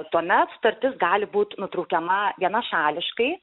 tuomet sutartis gali būt nutraukiama vienašališkai